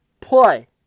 play